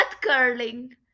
curling